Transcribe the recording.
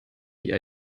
die